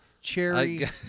cherry